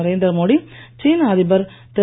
நரேந்திர மோடி சீன அதிபர் திரு